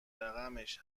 رقمش